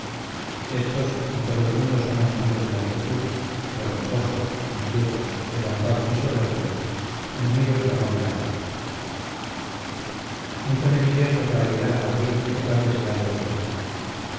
estos en todo el mundo son enemigos de la quietud revoltosos inquietos levantados y soberbios enemigos del amor y la paz mucho me divierto para llegar a madrid que tan deseado lo tenía